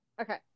Okay